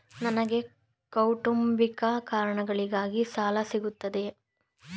ನನಗೆ ಕೌಟುಂಬಿಕ ಕಾರಣಗಳಿಗಾಗಿ ಸಾಲ ಸಿಗುತ್ತದೆಯೇ?